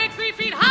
three feet.